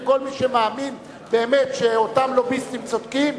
וכל מי שמאמין באמת שאותם לוביסטים צודקים,